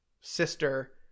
sister